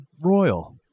Royal